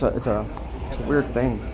ah it's a weird thing,